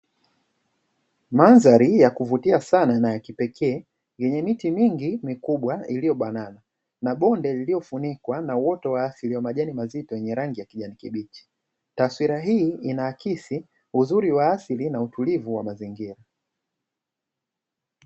Mandhari ya kuvutia sana na ya kipekee, yenye miti mingi mikubwa iliyobanana, na bonde lililofunikwa na uoto wa asili wa majani mazito yenye rangi ya kijani kibichi, taswira hii inaakisi uzuri wa asili na utulivu wa mazingira.